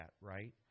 right